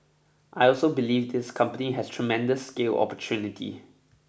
I also believe this company has tremendous scale opportunity